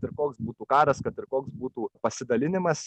ir koks būtų karas kad ir koks būtų pasidalinimas